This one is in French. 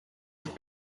pour